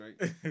right